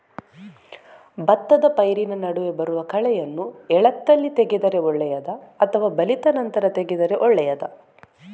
ಭತ್ತದ ಪೈರಿನ ನಡುವೆ ಬರುವ ಕಳೆಯನ್ನು ಎಳತ್ತಲ್ಲಿ ತೆಗೆದರೆ ಒಳ್ಳೆಯದಾ ಅಥವಾ ಬಲಿತ ನಂತರ ತೆಗೆದರೆ ಒಳ್ಳೆಯದಾ?